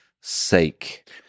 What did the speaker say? sake